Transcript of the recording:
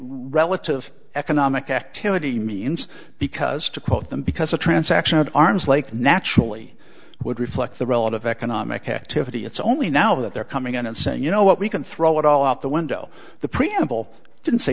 relative economic activity means because to quote them because a transaction of arms like naturally would reflect the relative economic activity it's only now that they're coming in and saying you know what we can throw it all out the window the preamble didn't say